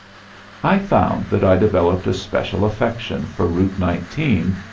i found that i developed a special affection for route nineteen,